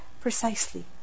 precisely